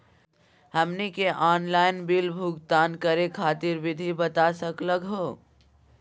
हमनी के online bill भुगतान करे खातीर विधि बता सकलघ हो?